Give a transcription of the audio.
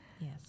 Yes